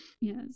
Yes